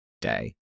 day